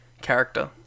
character